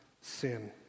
sin